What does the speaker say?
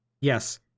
Yes